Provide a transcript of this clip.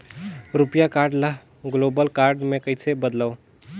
रुपिया कारड ल global card मे कइसे बदलव?